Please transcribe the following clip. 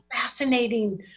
fascinating